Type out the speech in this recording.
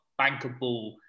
bankable